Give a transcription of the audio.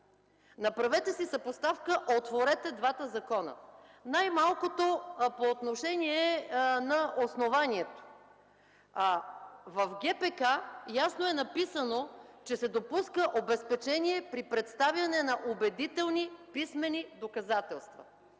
Направете си съпоставка, отворете двата закона. Най-малкото по отношение на основанието. В ГПК ясно е написано, че се допуска обезпечение при представяне на убедителни писмени доказателства.